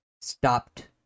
stopped